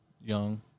young